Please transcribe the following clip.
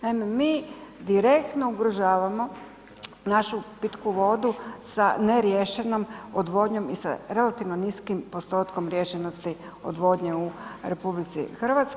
Naime, mi direktno ugrožavamo našu pitku vodu sa neriješenom odvodnjom i sa relativno niskim postotkom riješenosti odvodnje u RH.